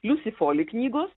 liusi foli knygos